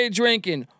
drinking